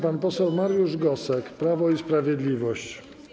Pan poseł Mariusz Gosek, Prawo i Sprawiedliwość.